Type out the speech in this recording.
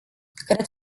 cred